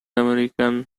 american